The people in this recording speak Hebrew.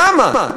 למה?